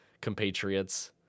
compatriots